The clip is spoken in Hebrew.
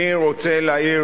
אני רוצה להעיר